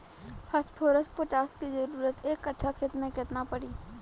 Phosphorus potash के जरूरत एक कट्ठा खेत मे केतना पड़ी?